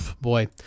Boy